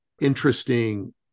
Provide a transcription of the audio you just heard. interesting